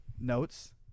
notes